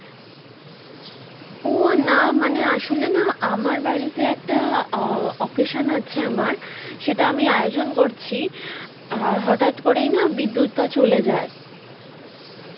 ও না মানে আসলে না আমার বাড়িতে একটা অকেশান আছে আমার সেটা আমি আয়োজন করছি আর হঠাৎ করেই না বিদ্যুৎটা চলে যায়